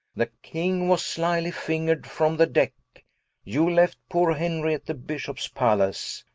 the king was slyly finger'd from the deck you left poore henry at the bishops pallace,